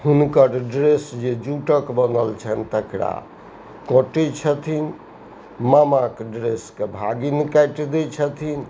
हुनकर ड्रेस जे जूटक बनल छन्हि तकरा कटै छथिन मामाके ड्रेसके भागिन काटि दै छथिन